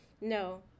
No